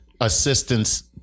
assistance